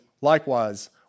Likewise